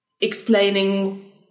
explaining